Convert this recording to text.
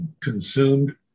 consumed